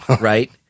Right